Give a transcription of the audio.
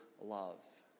love